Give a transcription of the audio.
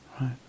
right